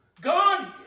God